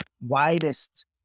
widest